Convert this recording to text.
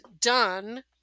done